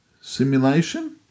simulation